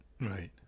Right